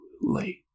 late